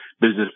business